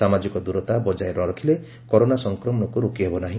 ସାମାଜିକ ଦୂରତା ବଜାୟ ନ ରଖିଲେ କରୋନା ସଂକ୍ରମଣକୁ ରୋକିହେବ ନାହି